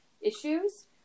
issues